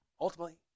ultimately